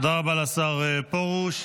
תודה רבה לשר פרוש.